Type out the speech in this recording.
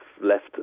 left